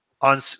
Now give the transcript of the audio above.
on